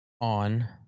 on